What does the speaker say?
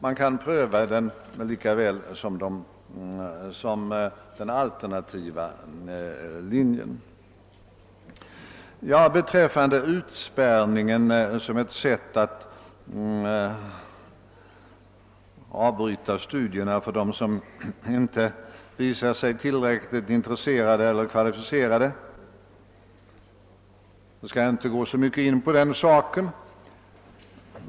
Man kan pröva den lika väl som den alternativa linjen. Utspärrningen som ett sätt att avbryta studierna för dem som inte visar sig tillräckligt intresserade eller kvalificerade skall jag inte gå så mycket in på.